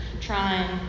trying